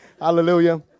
Hallelujah